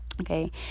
okay